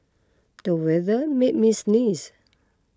the weather made me sneeze